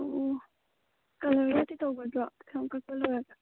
ꯑꯣ ꯀꯂꯔꯒꯗꯤ ꯇꯧꯒꯗ꯭ꯔꯣ ꯁꯝ ꯀꯛꯄ ꯂꯣꯏꯔꯒ